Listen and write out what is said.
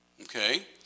Okay